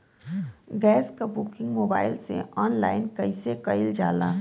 Gas क booking mobile से online कईसे कईल जाला?